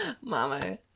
Mama